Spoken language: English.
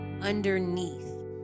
underneath